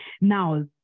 Now